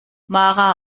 mara